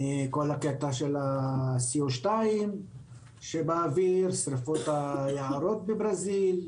כל הקטע של ה-Co2 שבאוויר, שריפות היערות בברזיל,